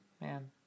man